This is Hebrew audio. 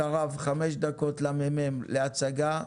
אחריו חמש דקות למ"מ להצגה,